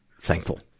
thankful